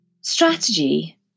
strategy